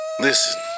Listen